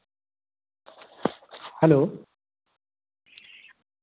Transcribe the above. hello